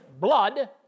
blood